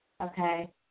Okay